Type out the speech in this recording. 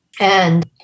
And-